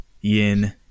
yin